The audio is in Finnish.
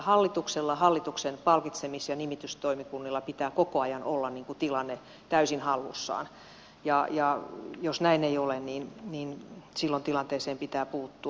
hallituksella hallituksen palkitsemis ja nimitystoimikunnilla pitää koko ajan olla tilanne täysin hallussaan ja jos näin ei ole niin silloin tilanteeseen pitää puuttua